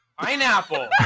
pineapple